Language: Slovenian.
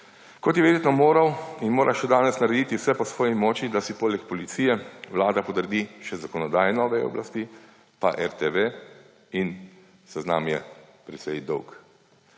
Kot je verjetno moral in mora še danes narediti vse, kar je v njegovi moči, da si poleg policije Vlada podredi še zakonodajno vejo oblasti, pa RTV in seznam je precej dolg.